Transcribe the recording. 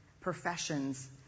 professions